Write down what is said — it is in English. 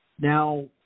Now